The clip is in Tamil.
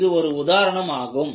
இது ஒரு உதாரணம் ஆகும்